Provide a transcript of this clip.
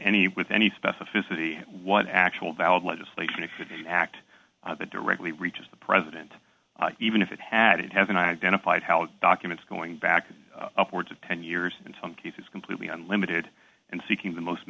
any with any specificity what actual valid legislation it should be an act that directly reaches the president even if it had it has been identified how documents going back upwards of ten years in some cases completely unlimited and seeking the most